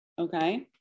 okay